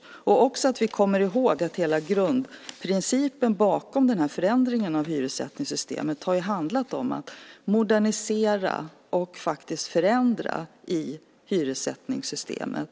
Vi ska också komma ihåg att hela grundprincipen bakom den här förändringen av hyressättningssystemet har handlat om att modernisera hyressättningssystemet.